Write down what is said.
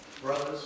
Brothers